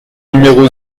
numéro